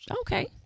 okay